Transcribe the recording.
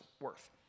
worth